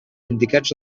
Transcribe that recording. indicats